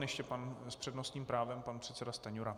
Ještě s přednostním právem pan předseda Stanjura.